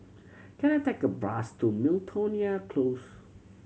can I take a bus to Miltonia Close